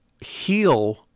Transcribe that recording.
heal